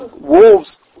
wolves